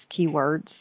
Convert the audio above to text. keywords